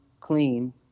clean